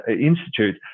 institute